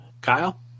Kyle